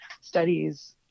studies